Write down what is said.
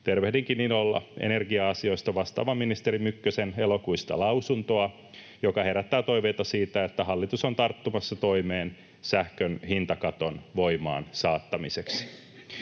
tervehdinkin ilolla energia-asioista vastaavan ministeri Mykkäsen elokuista lausuntoa, joka herättää toiveita siitä, että hallitus on tarttumassa toimeen sähkön hintakaton voimaan saattamiseksi.